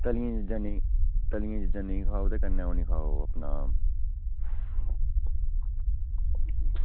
तली दियां चीज़ां नेईं तली दियां चीज़ां नेईं खाओ कन्नै ओह् निं खाओ अपना